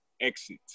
exit